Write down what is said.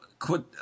Quit